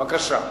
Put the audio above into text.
בבקשה.